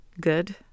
Good